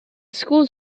schools